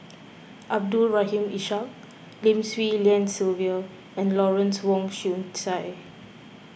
Abdul Rahim Ishak Lim Swee Lian Sylvia and Lawrence Wong Shyun Tsai